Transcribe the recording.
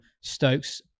Stokes